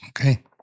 okay